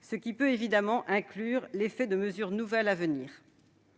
ce qui peut évidemment inclure l'effet de mesures nouvelles à venir.